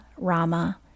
Rama